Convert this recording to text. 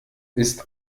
ist